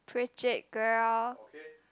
preach it girl